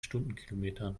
stundenkilometern